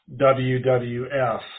WWF